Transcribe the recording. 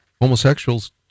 Homosexuals